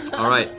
all right.